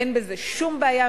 אין בזה שום בעיה,